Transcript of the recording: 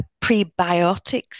prebiotics